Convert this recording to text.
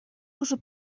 уже